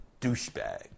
douchebag